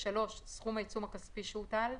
סכום העיצום הכספי שהוטל,